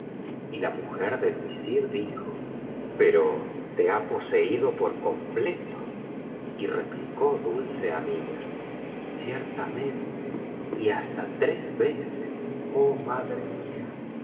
y la mujer del visir dijo pero te ha poseído por completo y replicó dulce amiga ciertamente y hasta tres veces oh madre mía